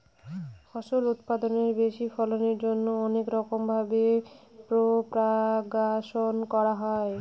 ফল উৎপাদনের বেশি ফলনের জন্যে অনেক রকম ভাবে প্রপাগাশন করা হয়